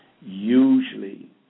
usually